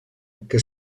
que